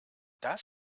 das